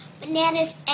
bananas